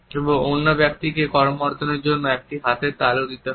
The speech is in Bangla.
এবং অন্য ব্যক্তিকে করমর্দনের জন্য একটি হাতের তালু দিতে হয়